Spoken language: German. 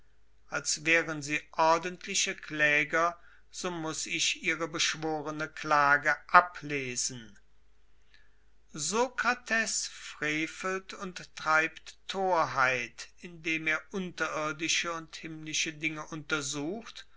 als wären sie ordentliche kläger so muß ich ihre beschworene klage ablesen sokrates frevelt und treibt torheit indem er unterirdische und himmlische dinge untersucht